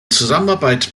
zusammenarbeit